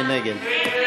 מי נגד?